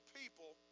people